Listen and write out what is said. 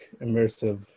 immersive